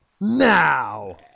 Now